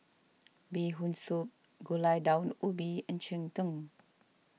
Bee Hoon Soup Gulai Daun Ubi and Cheng Tng